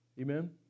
Amen